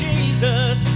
Jesus